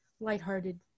lighthearted